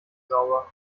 sauber